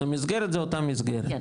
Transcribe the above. אז המסגרת זו אותה מסגרת,